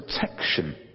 protection